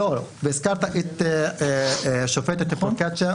והזכרת את השופטת פרוקצ'יה,